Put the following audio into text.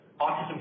autism